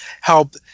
help